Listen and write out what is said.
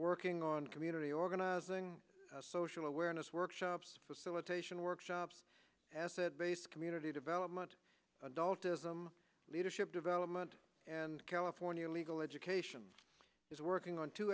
working on community organizing social awareness workshops facilitation workshops asset based community development adult ism leadership development and california legal education is working on